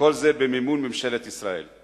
וכל זה במימון ממשלת ישראל.